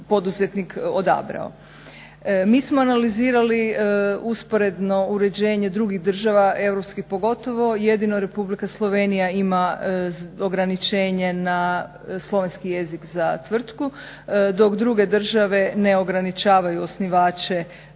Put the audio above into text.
Mi smo analizirali usporedno uređenje drugih država europskih pogotovo, jedino Republika Slovenija ima ograničenje na slovenski jezik za tvrtku, dok druge države ne ograničavaju osnivače na